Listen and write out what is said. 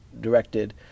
directed